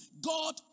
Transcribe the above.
God